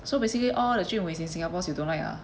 so basically all the jun weis in singapore you don't like ah